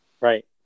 right